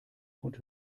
und